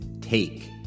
take